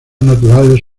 naturales